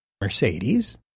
mercedes